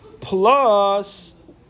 plus